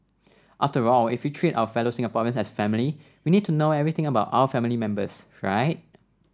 after all if we treat our fellow Singaporeans as family we need to know everything about our family members right